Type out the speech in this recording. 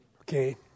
Okay